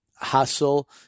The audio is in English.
Hustle